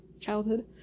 childhood